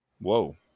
Whoa